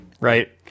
Right